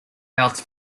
health